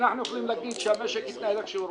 אנחנו יכולים להגיד שהמשק יתנהל איך שהוא רוצה.